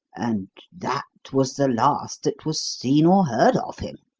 and that was the last that was seen or heard of him.